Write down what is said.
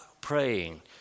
praying